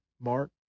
Mark